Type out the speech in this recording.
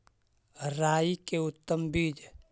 राई के उतम बिज?